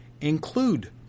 include